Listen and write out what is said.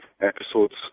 episodes